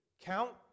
count